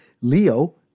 Leo